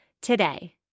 today